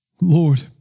Lord